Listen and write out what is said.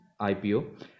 ipo